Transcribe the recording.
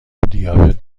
دیابت